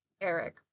Eric